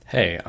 Hey